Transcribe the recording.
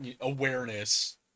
awareness